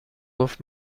گفت